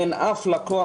אין אף לקוח,